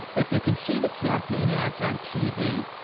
if you can see the campaign ads on tv,